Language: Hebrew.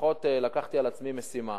שלפחות לקחתי על עצמי כמשימה,